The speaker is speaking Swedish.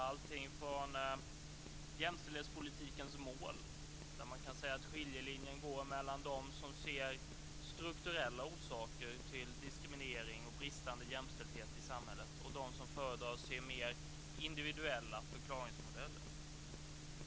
Det handlar om jämställdhetspolitikens mål, där skiljelinjen kan sägas gå mellan dem som ser strukturella orsaker till diskriminering och bristande jämställdhet i samhället och dem som föredrar att se mer individuella förklaringsmodeller.